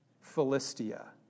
Philistia